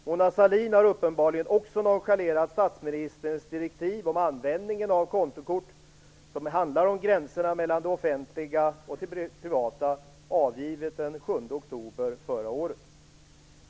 Mona Sahlin har uppenbarligen också nonchalerat statsministerns direktiv om användningen av kontokort, som handlar om gränserna mellan det offentliga och det privata, avgivet den 7 oktober förra året.